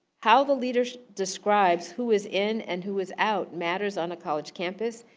how the leader describes who is in and who is out matters on a college campus,